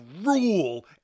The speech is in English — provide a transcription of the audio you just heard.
rule